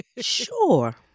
Sure